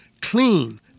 clean